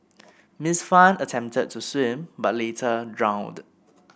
Ms Fan attempted to swim but later drowned